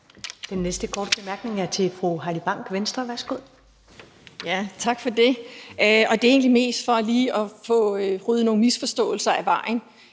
Den næste korte bemærkning er til fru Heidi Bank, Venstre. Værsgo. Kl. 14:32 Heidi Bank (V): Tak for det. Det er egentlig mest for lige at få ryddet nogle misforståelser af vejen.